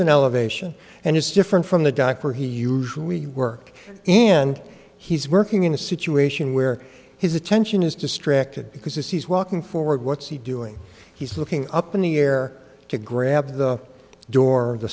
an elevation and it's different from the doctor he usually we work and he's working in a situation where his attention is distracted because if he's walking forward what's he doing he's looking up in the air to grab the door